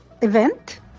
event